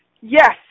yes